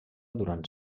durant